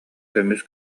көмүс